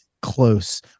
close